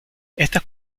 estas